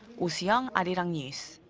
oh soo-young, arirang news.